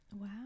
Wow